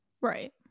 right